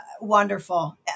wonderful